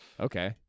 Okay